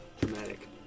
dramatic